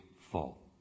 fall